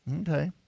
Okay